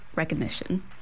recognition